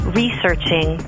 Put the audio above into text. researching